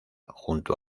junto